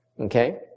Okay